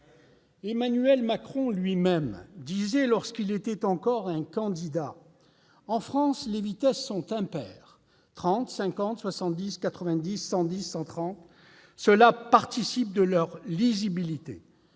Emmanuel Macron lui-même disait, lorsqu'il était encore candidat :« En France, les vitesses sont impaires : 30, 50, 70, 90, 110, 130. Cela participe de leur lisibilité.